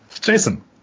Jason